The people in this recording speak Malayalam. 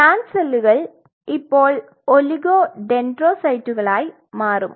ഷ്വാൻ സെല്ലുകൾ ഇപ്പോൾ ഒലിഗോ ഡെൻഡ്രോസൈറ്റുകളായി മാറും